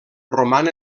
roman